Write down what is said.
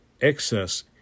excess